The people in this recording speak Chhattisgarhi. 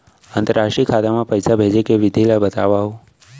अंतरराष्ट्रीय खाता मा पइसा भेजे के विधि ला बतावव?